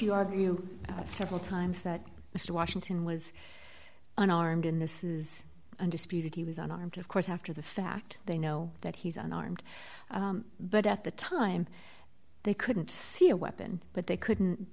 you argue several times that mr washington was unarmed in this is undisputed he was unarmed of course after the fact they know that he's unarmed but at the time they couldn't see a weapon but they couldn't